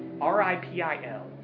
R-I-P-I-L